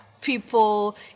people